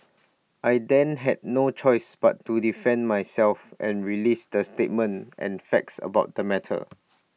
I then had no choice but to defend myself and release the statement and facts about the matter